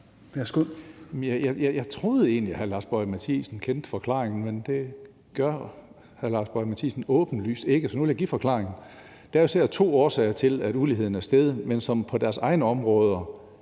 Jeg troede egentlig, hr. Lars Boje Mathiesen kendte forklaringen, men det gør hr. Lars Boje Mathiesen åbenlyst ikke, så nu vil jeg give forklaringen. Der er jo især to årsager til, at uligheden er steget, men som på hver deres område